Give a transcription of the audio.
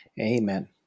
Amen